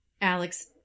Alex